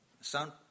Sound